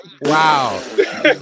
wow